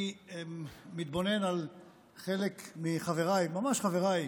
אני מתבונן על חלק מחבריי, ממש חבריי,